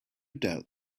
doubt